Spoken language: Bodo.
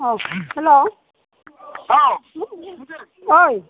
औ हेल' ओइ